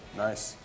nice